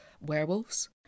werewolves